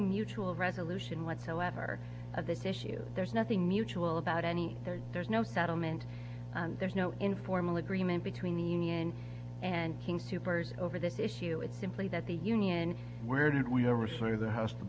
mutual resolution whatsoever of this issue there's nothing mutual about any there there's no settlement and there's no informal agreement between the union and king soopers over this issue it's simply that the union where did we ever say the house t